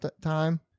time